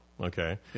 okay